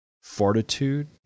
fortitude